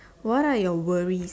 what are your worries